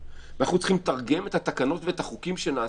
ואנחנו צריכים לתרגם את התקנות ואת החוקים שנעשו.